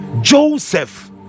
Joseph